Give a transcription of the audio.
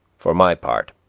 for my part,